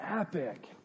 Epic